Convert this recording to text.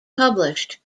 published